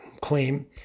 claim